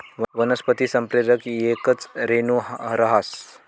वनस्पती संप्रेरक येकच रेणू रहास